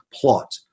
plot